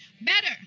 better